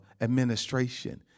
administration